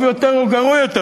טוב יותר או גרוע יותר?